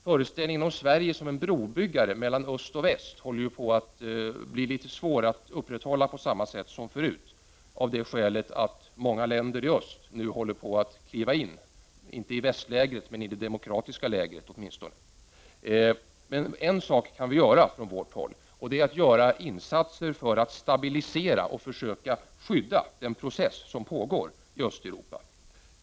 Föreställningen om Sverige som en brobyggare mellan öst och väst håller ju på att bli svårare att upprätthålla på samma sätt som förut, av det skälet att många länder i öst nu håller på att kliva in i om inte västlägret så åtminstone det demokratiska lägret. En sak kan vi i alla fall göra från vårt håll. Vi kan göra insatser för att stabilisera och försöka skydda den process som pågår i Östeuropa.